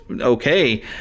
okay